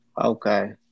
Okay